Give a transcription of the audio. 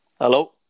Hello